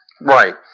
Right